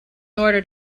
order